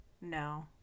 No